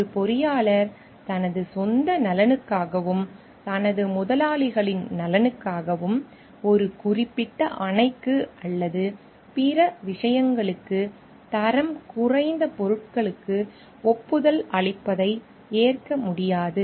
ஒரு பொறியாளர் தனது சொந்த நலனுக்காகவும் தனது முதலாளிகளின் நலனுக்காகவும் ஒரு குறிப்பிட்ட அணைக்கு அல்லது பிற விஷயங்களுக்கு தரம் குறைந்த பொருட்களுக்கு ஒப்புதல் அளிப்பதை ஏற்க முடியாது